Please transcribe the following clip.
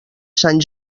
sant